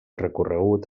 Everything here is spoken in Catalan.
recorregut